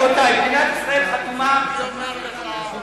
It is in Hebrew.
לא ייבאו חזיר?